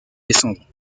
descendante